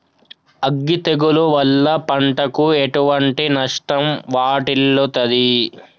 అగ్గి తెగులు వల్ల పంటకు ఎటువంటి నష్టం వాటిల్లుతది?